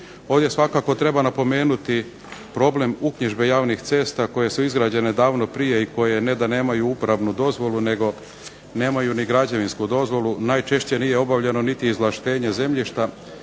Ovdje svakako treba napomenuti problem uknjižbe javnih cesta koje su izgrađene davno prije i ne da nemaju uporabnu dozvolu nego nemaju ni građevinsku dozvolu, najčešće nije obavljeno niti izvlaštenje zemljišta